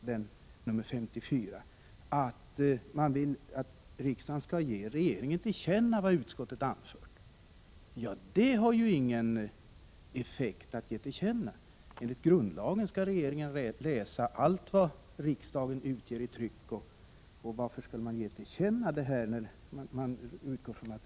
Där står att man vill att riksdagen skall ge regeringen till känna vad utskottet anfört. Detta har ju ingen effekt. Enligt grundlagen skall regeringen läsa allt vad riksdagen utger i tryck. Varför skall man då ”ge till känna”?